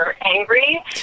angry